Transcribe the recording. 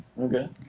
Okay